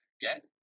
get